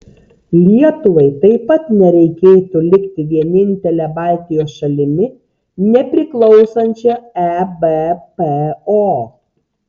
lietuvai taip pat nereikėtų likti vienintele baltijos šalimi nepriklausančia ebpo